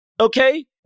okay